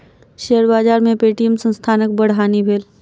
share बाजार में Paytm संस्थानक बड़ हानि भेल